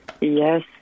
Yes